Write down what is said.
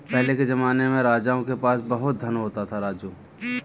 पहले के जमाने में राजाओं के पास बहुत धन होता था, राजू